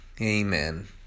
amen